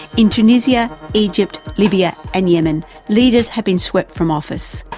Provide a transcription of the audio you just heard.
in tunisia, egypt, libya and yemen leaders have been swept from office,